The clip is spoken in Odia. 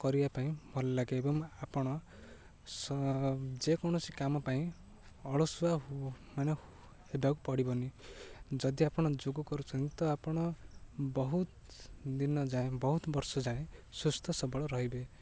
କରିବା ପାଇଁ ଭଲ ଲାଗେ ଏବଂ ଆପଣ ଯେକୌଣସି କାମ ପାଇଁ ଅଳସୁଆ ମାନେ ହେବାକୁ ପଡ଼ିବନି ଯଦି ଆପଣ ଯୋଗ କରୁଛନ୍ତି ତ ଆପଣ ବହୁତ ଦିନ ଯାଏ ବହୁତ ବର୍ଷ ଯାଏ ସୁସ୍ଥ ସବଳ ରହିବେ